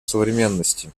современности